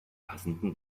passenden